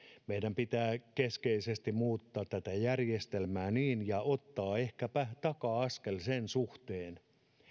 meidän pitää keskeisesti muuttaa tätä järjestelmää ja ottaa ehkäpä taka askel sen suhteen